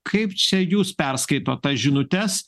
kaip čia jūs perskaitot tas žinutes